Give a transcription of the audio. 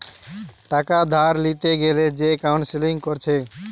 টাকা ধার লিতে গ্যালে যে কাউন্সেলিং কোরছে